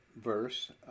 verse